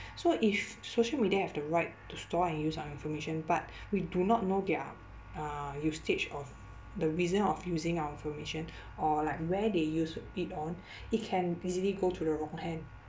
so if social media have the right to store and use our information but we do not know their uh usage of the reason of using our information or like where they use it on it can easily go to the wrong hand